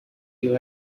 you